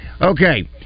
Okay